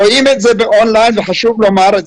רואים את זה באון ליין וחשוב לומר את זה.